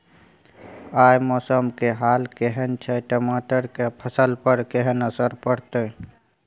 आय मौसम के हाल केहन छै टमाटर के फसल पर केहन असर परतै?